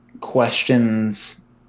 questions